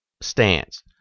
stance